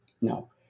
no